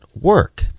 work